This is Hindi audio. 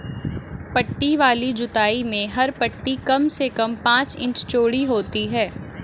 पट्टी वाली जुताई में हर पट्टी कम से कम पांच इंच चौड़ी होती है